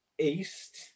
East